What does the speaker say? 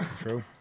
True